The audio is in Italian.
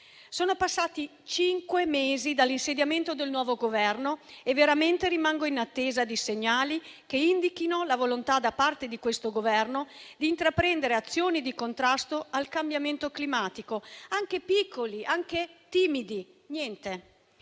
Sono passati cinque mesi dall'insediamento del nuovo Esecutivo e veramente rimango in attesa di segnali che indichino la volontà da parte sua di intraprendere azioni di contrasto al cambiamento climatico, anche piccoli, anche timidi. Niente.